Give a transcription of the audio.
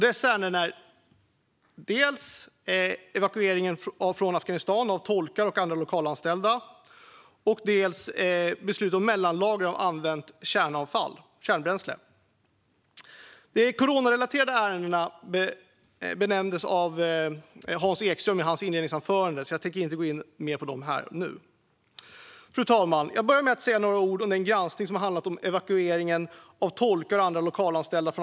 Det handlar dels om evakueringen från Afghanistan av tolkar och andra lokalanställda, dels om beslut om mellanlagring av använt kärnbränsle. De coronarelaterade ärendena togs upp av Hans Ekström i hans inledningsanförande, så jag tänker inte gå närmare in på dem här och nu. Fru talman! Jag börjar med att säga några ord om den granskning som har gällt evakueringen från Afghanistan av tolkar och andra lokalanställda.